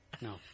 No